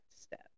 step